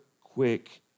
quick